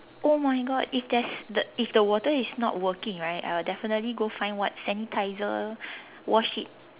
oh my God if there's the if the water is not working right I would definitely go find what sanitizer wash it